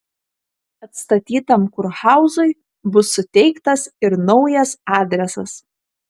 atstatytam kurhauzui bus suteiktas ir naujas adresas